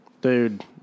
dude